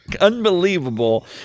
unbelievable